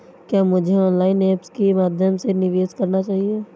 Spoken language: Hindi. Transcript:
क्या मुझे ऑनलाइन ऐप्स के माध्यम से निवेश करना चाहिए?